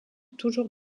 toujours